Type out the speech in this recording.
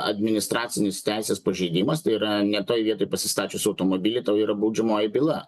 administracinis teisės pažeidimas tai yra ne toj vietoj pasistačius automobilį tau yra baudžiamoji byla